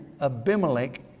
Abimelech